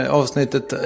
avsnittet